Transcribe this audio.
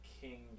Kingdom